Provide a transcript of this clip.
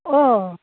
অঁ